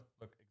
look